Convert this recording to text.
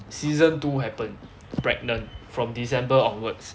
season two happened pregnant from december onwards